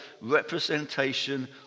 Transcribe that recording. representation